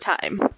time